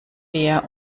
wir